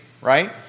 right